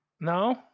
No